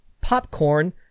popcorn